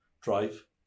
Drive